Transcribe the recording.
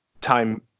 time